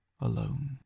alone